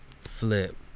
Flip